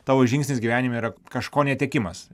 tavo žingsnis gyvenime yra kažko netekimas